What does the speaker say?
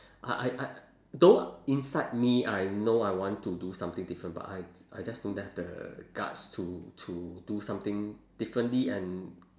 I I I though inside me I know I want to do something different but I I just don't have the guts to to do something differently and